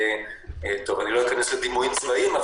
לא אכנס לדימויים צבאיים,